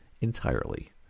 entirely